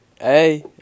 Hey